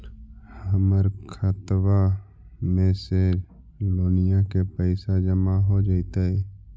हमर खातबा में से लोनिया के पैसा जामा हो जैतय?